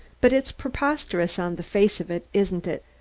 but it's preposterous on the face of it, isn't it?